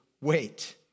wait